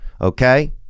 Okay